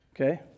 Okay